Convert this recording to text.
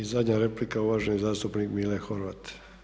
I zadnja replika uvaženi zastupnik Mile Horvat.